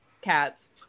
cats